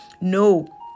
No